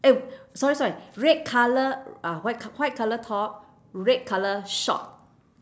eh sorry sorry red colour uh white c~ white colour top red colour short